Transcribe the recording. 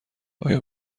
آیا